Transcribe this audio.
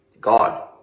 God